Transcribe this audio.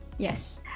yes